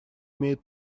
имеют